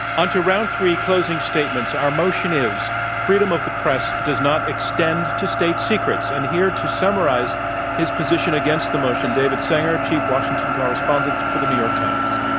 on to round three, closing statements, our motion is freedom of the press does not extend to state secrets. and here to summarize his position against the motion, david sanger, chief washington correspondent for the new york times.